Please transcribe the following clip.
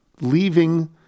leaving